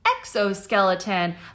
exoskeleton